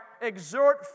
exhort